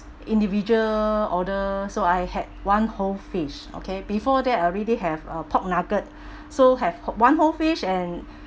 individual order so I had one whole fish okay before that already have uh pork nugget so have who~ one whole fish and